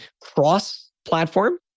cross-platform